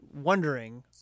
wondering